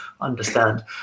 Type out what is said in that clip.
understand